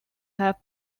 have